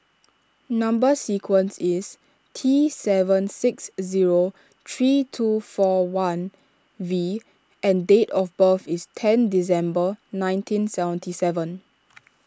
Number Sequence is T seven six zero three two four one V and date of birth is ten December nineteen seventy seven